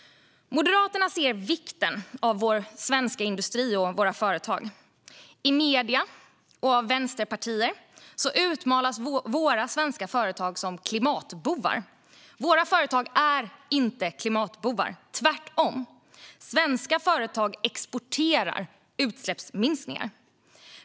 Moderaterna ser vikten av vår svenska industri och våra företag. I medierna och av vänsterpartier utmålas våra svenska företag som klimatbovar. Våra företag är inte klimatbovar, tvärtom. Svenska företag exporterar utsläppsminskningar.